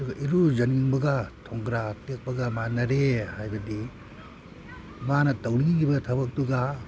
ꯑꯗꯨꯒ ꯏꯔꯨ ꯖꯅꯤꯡꯕꯒ ꯊꯣꯡꯒ꯭ꯔꯥ ꯇꯦꯛꯄꯒ ꯃꯥꯟꯅꯔꯦ ꯍꯥꯏꯕꯗꯤ ꯃꯥꯅ ꯇꯧꯅꯤꯡꯏꯕ ꯊꯕꯛꯇꯨꯒ